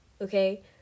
okay